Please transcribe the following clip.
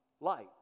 light